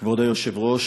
כבוד היושב-ראש,